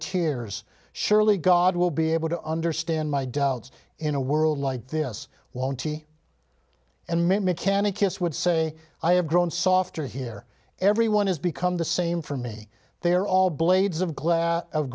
tears surely god will be able to understand my doubts in a world like this won't and mechanic this would say i have grown softer here everyone has become the same for me they are all blades of glass of